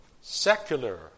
secular